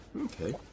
Okay